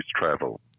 travel